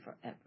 forever